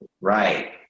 Right